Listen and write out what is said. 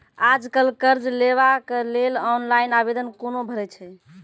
आज कल कर्ज लेवाक लेल ऑनलाइन आवेदन कूना भरै छै?